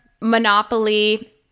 Monopoly